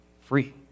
free